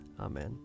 Amen